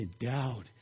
endowed